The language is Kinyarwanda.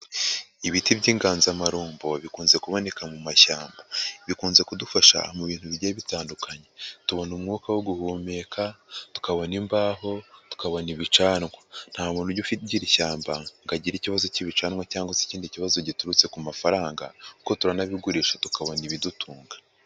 Ibiti by'inganzamarumbo bikunze kuboneka mu mashyamba. Bikunze kudufasha mu bintu bigiye bitandukanye. Tubona umwuka wo guhumeka, tukabona imbaho, tukabona ibicanwa. Nta muntu ujya ugira ishyamba ngo agire ikibazo cy'ibicanwa cyangwa se ikindi kibazo giturutse ku mafaranga kuko turanabigurisha tukabona ibidutunga.